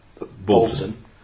Bolton